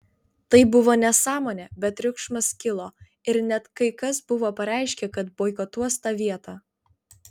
tai buvo nesąmonė bet triukšmas kilo ir net kai kas buvo pareiškę kad boikotuos tą vietą